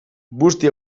busti